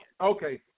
Okay